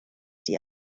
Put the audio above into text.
die